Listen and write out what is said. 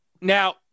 Now